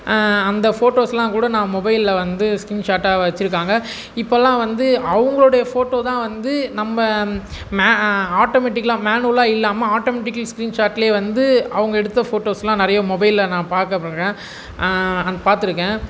அந்த ஃபோட்டோஸ்லாம் கூட நான் மொபைல்ல வந்து ஸ்கிரீன்ஷாட்டாக வச்சிருக்காங்க இப்போல்லாம் வந்து அவங்களுடைய ஃபோட்டோ தான் வந்து நம்ம மே ஆ ஆட்டோமெட்டிக்லாக மேனுவலாக இல்லாமல் ஆட்டோமெட்டிக்கல் ஸ்கிரீன்ஷாட்லியே வந்து அவங்க எடுத்த ஃபோட்டோஸ்லாம் நிறைய மொபைல்ல நான் பார்க்க அந் பார்த்துருக்கேன்